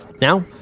Now